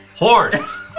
Horse